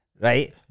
right